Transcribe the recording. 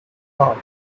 thought